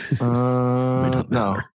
No